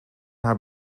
haar